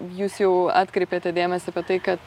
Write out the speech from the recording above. jūs jau atkreipėte dėmesį apie tai kad